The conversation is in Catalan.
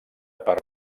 per